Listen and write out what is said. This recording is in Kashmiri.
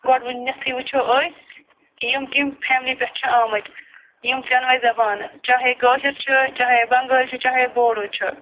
گۄڈوٕنٮ۪تھٕے وٕچھو أسۍ یِم کَمہِ فیملی پٮ۪ٹھ چھِ آمٕتۍ یِم ترٛٮ۪نہٕ وَے زبانہٕ چاہے کٲشُر چھُ چاہے بنٛگٲلۍ چھِ چاہے بوڈو چھِ